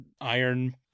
iron